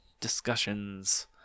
discussions